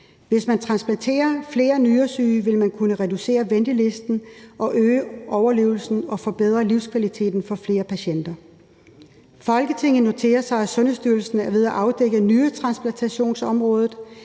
Hvis man transplanterer flere nyresyge, vil man kunne reducere ventelisten/øge overlevelsen og forbedre livskvaliteten for flere patienter. Folketinget noterer sig, at Sundhedsstyrelsen er ved at afdække nyretransplantationsområdet,